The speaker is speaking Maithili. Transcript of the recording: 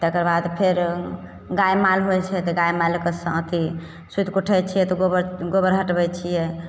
तकरबाद फेर गाय माल होइ छै गाय मालके अथी सुतिके उठय छियै तऽ गोबर गोबर हटबय छियै